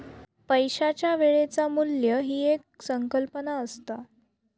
पैशाच्या वेळेचा मू्ल्य ही एक संकल्पना असता